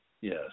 yes